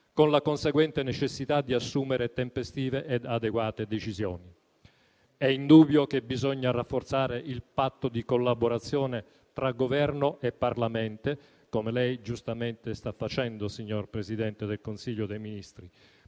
con la conseguente necessità di assumere tempestive ed adeguate decisioni. È indubbio che bisogna rafforzare il patto di collaborazione tra Governo e Parlamento, come lei giustamente sta facendo signor Presidente del Consiglio dei ministri,